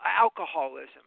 alcoholism